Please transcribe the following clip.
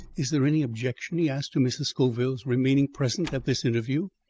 is there any objection, he asked, to mrs. scoville's remaining present at this interview?